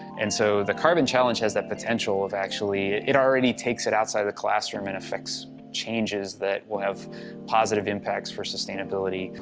and so, the carbon challenge has that potential, actually. it already takes it outside of the classroom, and affects changes that will have positive impacts for sustainability.